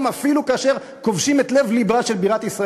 אפילו כאשר כובשים את לב-לבה של בירת ישראל.